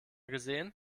gesehen